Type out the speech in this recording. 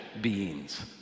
beings